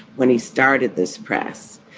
when he started this press.